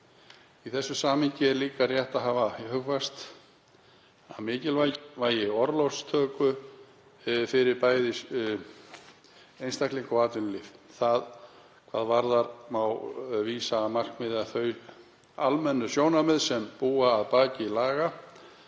Í þessu samhengi er líka rétt að hafa hugfast mikilvægi orlofstöku fyrir bæði einstaklinga og atvinnulíf. Hvað það varðar má vísa í markmið og þau almennu sjónarmið sem búa að baki laga